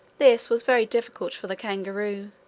this was very difficult for the kangaroo,